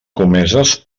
comeses